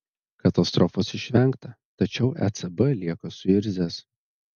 katastrofos išvengta tačiau ecb lieka suirzęs